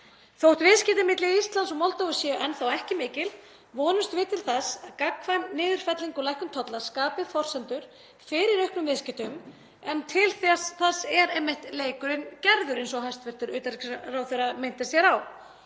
Þótt viðskipti milli Íslands og Moldóvu séu enn þá ekki mikil vonumst við til þess að gagnkvæm niðurfelling og lækkun tolla skapi forsendur fyrir auknum viðskiptum en til þess er einmitt leikurinn gerður eins og hæstv. utanríkisráðherra minntist hér á.